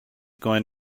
going